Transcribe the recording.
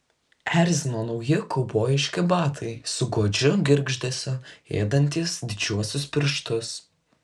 erzino nauji kaubojiški batai su godžiu girgždesiu ėdantys didžiuosius pirštus